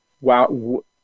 wow